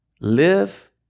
live